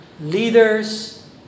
Leaders